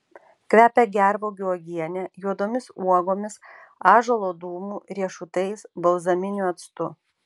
kvepia gervuogių uogiene juodomis uogomis ąžuolo dūmu riešutais balzaminiu actu